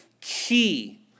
key